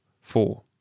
four